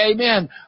amen